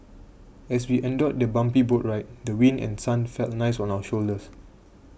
as we endured the bumpy boat ride the wind and sun felt nice on our shoulders